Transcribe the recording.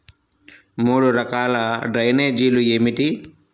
మూడు రకాల డ్రైనేజీలు ఏమిటి?